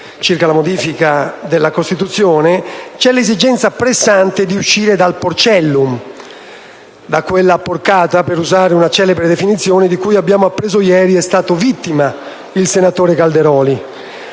circa la modifica della Costituzione, c'è l'esigenza pressante di uscire dal porcellum, da quella porcata, per usare una celebre definizione, di cui - abbiamo appreso ieri - è stato vittima il senatore Calderoli.